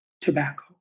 tobacco